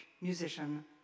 musician